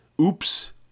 oops